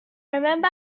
remember